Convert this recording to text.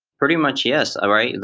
pretty much yes, right?